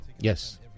Yes